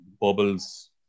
Bubbles